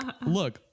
look